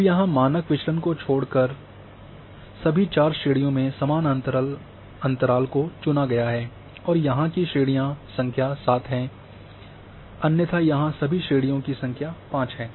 अब यहाँ मानक विचलन को छोड़कर को छोड़कर सभी चार श्रेणियों में समान अंतराल को चुना गया है और यहाँ की श्रेणियाँ संख्या सात हैं अन्यथा यहाँ सभी श्रेणियों की संख्या पाँच है